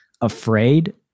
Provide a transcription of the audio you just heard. afraid